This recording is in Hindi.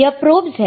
यह प्रोब्स है